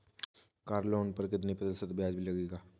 Car loan पर कितने प्रतिशत ब्याज लगेगा?